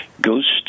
ghost